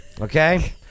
Okay